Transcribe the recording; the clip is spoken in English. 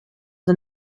the